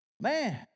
Man